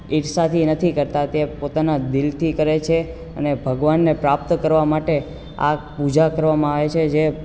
ઈર્ષાથી નથી કરતાં તે પોતાના દીલથી કરે છે અને ભગવાનને પ્રાપ્ત કરવા માટે આ પૂજા કરવામાં આવે છે જે